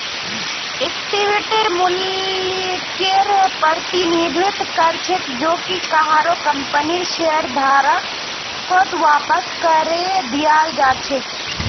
इक्विटीर मूल्यकेर प्रतिनिधित्व कर छेक जो कि काहरो कंपनीर शेयरधारकत वापस करे दियाल् जा छेक